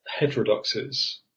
heterodoxes